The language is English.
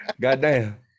Goddamn